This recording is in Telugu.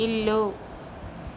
ఇల్లు